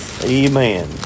Amen